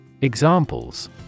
Examples